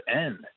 end